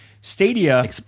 Stadia